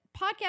podcast